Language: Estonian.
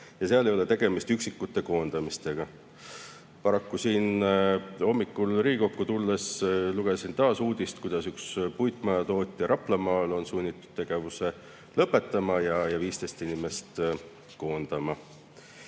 ja seal ei ole tegemist üksikute koondamistega. Paraku lugesin hommikul enne Riigikokku tulekut taas uudist, et üks puitmajatootja Raplamaal on sunnitud tegevuse lõpetama ja 15 inimest koondama.